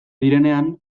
direnean